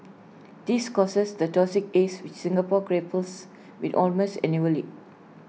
this causes the toxic haze which Singapore grapples with almost annually